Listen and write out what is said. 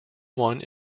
one